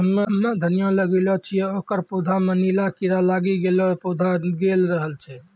हम्मे धनिया लगैलो छियै ओकर पौधा मे नीला कीड़ा लागी गैलै पौधा गैलरहल छै?